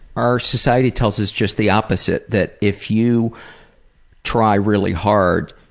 our society tells us just the opposite. that if you try really hard,